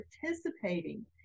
participating